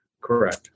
correct